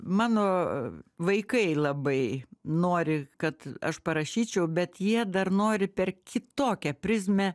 mano vaikai labai nori kad aš parašyčiau bet jie dar nori per kitokią prizmę